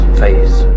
face